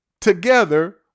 together